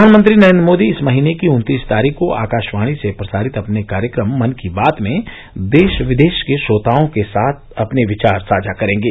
प्रधानमंत्री नरेन्द्र मोदी इस महीने की उन्तीस तारीख को आकाशवाणी से प्रसारित अपने कार्यक्रम मन की बात में देश विदेश के श्रोताओं के साथ अपने विचार साझा करेंगे